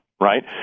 Right